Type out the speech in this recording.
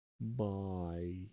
Bye